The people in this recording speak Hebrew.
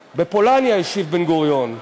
"בפולניה", השיב בן-גוריון.